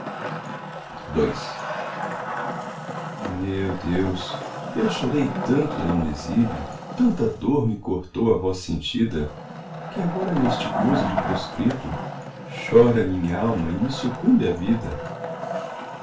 infância meu deus eu chorei tanto lá no exílio tanta dor me cortou a voz sentida que agora neste gozo de proscrito chora minhalma e me sucumbe a vida